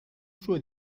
suo